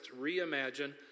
reimagine